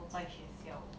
我在学校